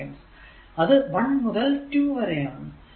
അത് 1 മുതൽ 2 വരെ ആണ്